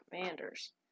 Commanders